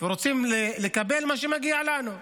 ורוצים לקבל מה שמגיע לנו.